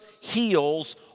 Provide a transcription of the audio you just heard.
heals